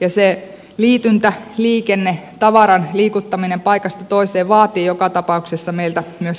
ja se liityntäliikenne tavaran liikuttaminen paikasta toiseen vaatii joka tapauksessa meiltä myös kumipyöräliikennettä